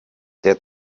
der